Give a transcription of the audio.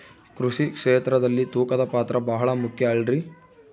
ಕೃಷಿ ಕ್ಷೇತ್ರದಲ್ಲಿ ತೂಕದ ಪಾತ್ರ ಬಹಳ ಮುಖ್ಯ ಅಲ್ರಿ?